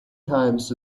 times